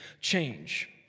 change